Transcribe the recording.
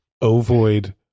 ovoid